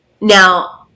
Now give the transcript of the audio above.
Now